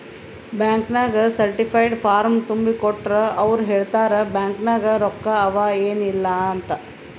bank ನಾಗ್ certified form ತುಂಬಿ ಕೊಟ್ಟೂರ್ ಅವ್ರ ಹೇಳ್ತಾರ್ ಬ್ಯಾಂಕ್ ನಾಗ್ ರೊಕ್ಕಾ ಅವಾ ಏನ್ ಇಲ್ಲ ಅಂತ್